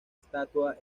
estatua